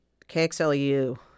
KXLU